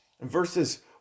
verses